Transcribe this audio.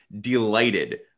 delighted